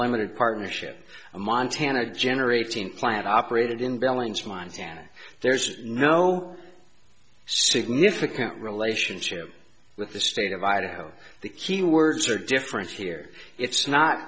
limited partnership a montana generating plant operated in billings montana there's no significant relationship with the state of idaho the keywords are different here it's not